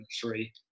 three